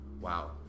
Wow